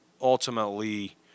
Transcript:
ultimately